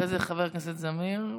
ואחרי זה חבר הכנסת זמיר.